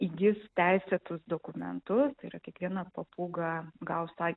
įgis teisėtus dokumentus tai yra kiekviena papūga gaus tą